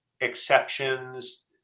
exceptions